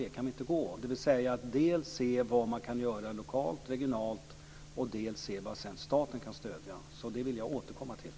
Vi kan inte gå någon annan väg än att dels se vad som kan göras lokalt och regionalt, dels se vad sedan staten kan stödja. Detta vill jag återkomma till.